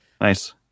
Nice